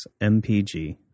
mpg